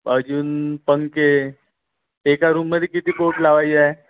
अजून पंखे एका रूममध्ये किती कोट लावायची आहे